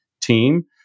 team